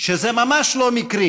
שזה ממש לא מקרי